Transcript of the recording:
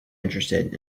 interested